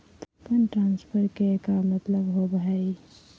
Fund transfer के का मतलब होव हई?